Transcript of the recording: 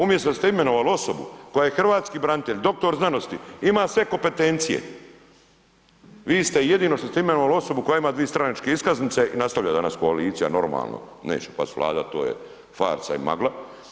Umjesto da ste imenovali osobu koja je hrvatski branitelj, dr. znanosti, ima sve kompetencije, vi ste jedino što ste imenovali osobu koja ima dvije stranačke iskaznice i nastavlja danas koalicija, normalno, neće pasti Vlada, to je farsa i magla.